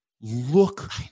look